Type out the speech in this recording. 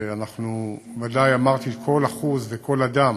שאנחנו, ודאי אמרתי שכל אחוז וכל אדם